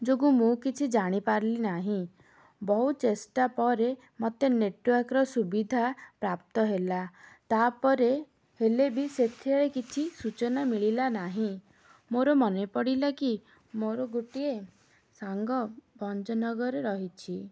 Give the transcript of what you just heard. ଯୋଗୁଁ ମୁଁ କିଛି ଜାଣିପାରିଲି ନାହିଁ ବହୁତ ଚେଷ୍ଟା ପରେ ମତେ ନେଟୱାର୍କ୍ର ସୁବିଧାପ୍ରାପ୍ତ ହେଲା ତା'ପରେ ହେଲେ ବି ସେଥିରେ କିଛି ସୂଚନା ମିଳିଲା ନାହିଁ ମୋର ମନେ ପଡ଼ିଲା କି ମୋର ଗୋଟିଏ ସାଙ୍ଗ ଭଞ୍ଜନଗରରେ ରହିଛି